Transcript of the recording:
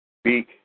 speak